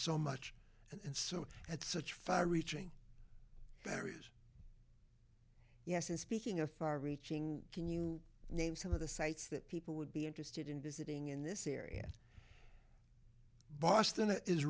so much and so at such fire reaching areas yes and speaking of far reaching can you name some of the sites that people would be interested in visiting in this area boston i